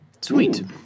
Sweet